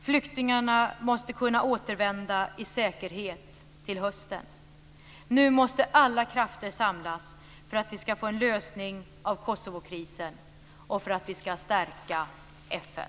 Flyktingarna måste kunna återvända i säkerhet till hösten. Nu måste alla krafter samlas för att vi skall få en lösning på Kosovokrisen och för att vi skall stärka FN.